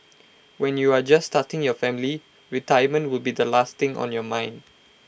when you are just starting your family retirement will be the last thing on your mind